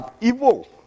evil